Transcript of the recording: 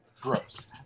Gross